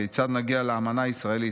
כיצד נגיע לאמנה הישראלית?